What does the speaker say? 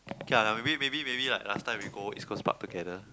K lah like maybe maybe maybe like last time we go East Coast Park together